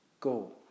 go